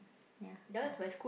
ya lah